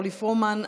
אורלי פרומן,